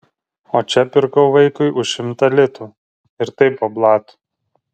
o čia pirkau vaikui už šimtą litų ir tai po blatu